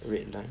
red line